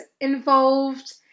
involved